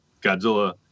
Godzilla